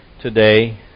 today